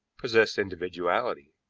possessed individuality,